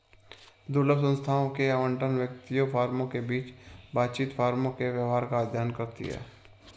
दुर्लभ संसाधनों के आवंटन, व्यक्तियों, फर्मों के बीच बातचीत, फर्मों के व्यवहार का अध्ययन करती है